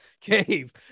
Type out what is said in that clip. cave